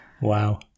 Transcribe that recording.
Wow